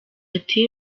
ati